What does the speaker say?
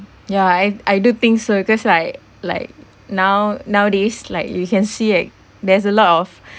ya I I do think so cause like like now nowadays like you can see like there's a lot of